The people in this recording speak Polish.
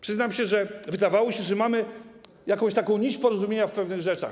Przyznam się, że wydawało się, że mamy jakąś taką nić porozumienia w pewnych rzeczach.